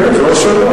כן, כן, זו השאלה.